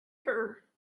her